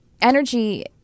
energy